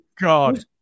god